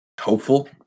hopeful